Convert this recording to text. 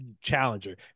challenger